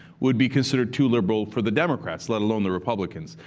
would be considered too liberal for the democrats, let alone the republicans.